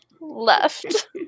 left